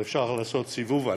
שאפשר לעשות סיבוב עליה.